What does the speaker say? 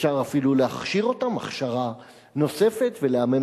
אפשר אפילו להכשיר אותם הכשרה נוספת ולאמן